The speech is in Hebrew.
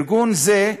ארגון זה,